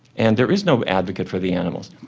and there is no advocate for the animals.